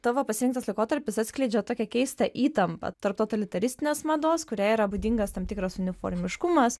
tavo pasirinktas laikotarpis atskleidžia tokią keistą įtampą tarp totalitaristinės mados kuriai yra būdingas tam tikras uniformiškumas